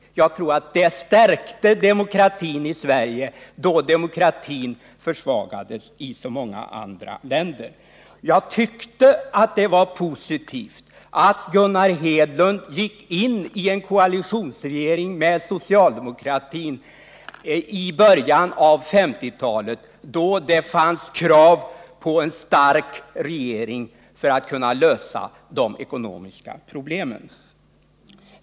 Jag vet att det stärkte demokratin i Sverige under 1930-talet, då demokratin försvagades i så många andra länder. Jag tyckte att det var positivt att Gunnar Hedlund gick in i en koalitionsregering med socialdemokratin i början av 1950-talet, då det fanns krav på en stark regering för att vi skulle kunna lösa de ekonomiska problemen.